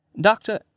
Doctor